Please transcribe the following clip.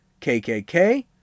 KKK